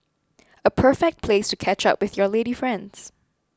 a perfect place to catch up with your lady friends